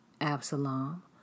Absalom